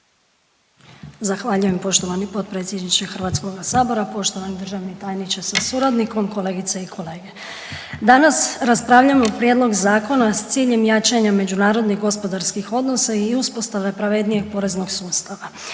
Zahvaljujem poštovani predsjedniče HS-a. Poštovani državni tajniče sa suradnikom, kolegice i kolege. Danas raspravljamo Prijedlog zakona s ciljem jačanja međunarodnih i gospodarskih odnosa i uspostave pravednijeg poreznog sustava.